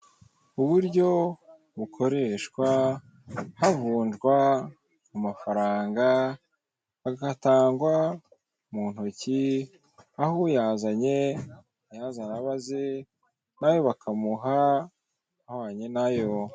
uburyo bukoreshwa havunjwa amafaranga agatangwa mu ntoki, aho uyazanye ayazana maze nawe bakamuha ahwanye nayo.